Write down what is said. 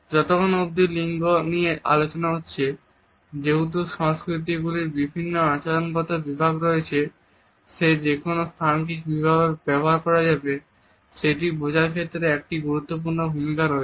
যতক্ষণ অব্দি বিভিন্ন লিঙ্গ নিয়ে আলোচনা হচ্ছে যেহেতু সংস্কৃতিগুলির বিভিন্ন আচরণগত বিভাগ রয়েছে যে কোন স্থানকে কিভাবে ব্যবহার করা হবে সেটি বোঝার ক্ষেত্রে এটি একটি গুরুত্বপূর্ণ ভূমিকা রয়েছে